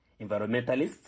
Environmentalists